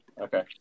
Okay